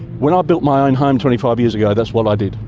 when i built my own home twenty five years ago, that's what i did.